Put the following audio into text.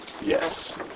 Yes